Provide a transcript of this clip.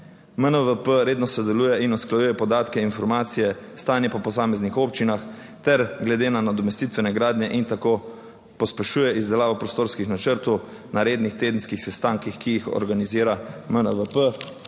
MNVP redno sodeluje in usklajuje podatke, informacije, stanje po posameznih občinah ter glede na nadomestitvene gradnje in tako pospešuje izdelavo prostorskih načrtov na rednih tedenskih sestankih, ki jih organizira MNVP,